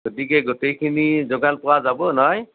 গতিকে গোটেইখিনি যোগাৰ পোৱা যাব নই